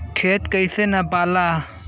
खेत कैसे नपाला?